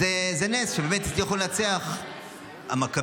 זה נס שבאמת הצליחו לנצח המכבים,